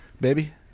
baby